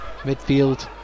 midfield